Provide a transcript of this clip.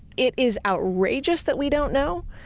it is outrageous that we don't know.